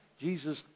Jesus